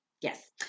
Yes